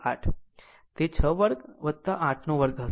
આમ તે 6 વર્ગ 8 વર્ગ હશે